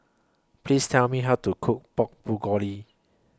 Please Tell Me How to Cook Pork Bulgogi